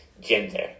Gender